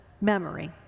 memory